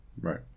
right